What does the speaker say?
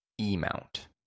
E-mount